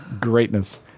Greatness